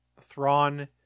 Thrawn